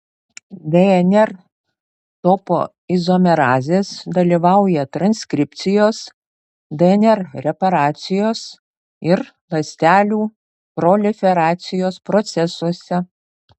dnr topoizomerazės dalyvauja transkripcijos dnr reparacijos ir ląstelių proliferacijos procesuose